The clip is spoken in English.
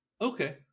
okay